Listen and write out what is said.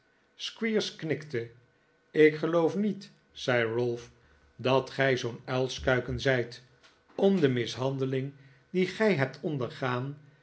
squeers knikte ik geloof niet zei ralph dat gij zoo'n uilskuiken zijt om de mishandeling die gij hebt ondergaan